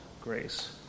grace